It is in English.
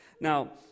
Now